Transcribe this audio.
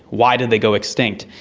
why did they go extinct?